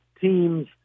teams